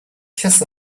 kiss